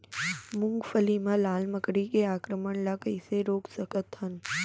मूंगफली मा लाल मकड़ी के आक्रमण ला कइसे रोक सकत हन?